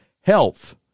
health